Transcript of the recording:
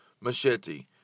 machete